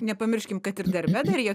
nepamirškim kad ir darbe dar jie